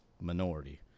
minority